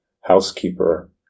housekeeper